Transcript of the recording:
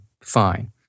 fine